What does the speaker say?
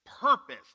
purpose